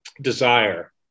desire